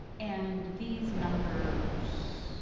and these numbers